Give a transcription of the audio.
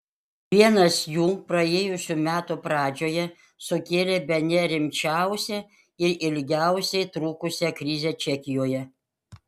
vienas jų praėjusių metų pradžioje sukėlė bene rimčiausią ir ilgiausiai trukusią krizę čekijoje